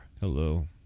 Hello